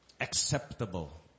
Acceptable